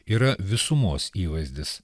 yra visumos įvaizdis